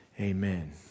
amen